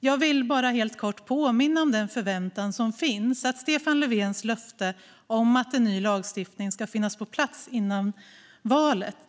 jag vill helt kort påminna om att förväntan är stor när det gäller Stefan Löfvens löfte om att ny lagstiftning ska finnas på plats före valet.